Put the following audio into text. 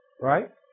Right